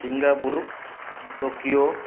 Singapore Tokyo